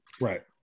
Right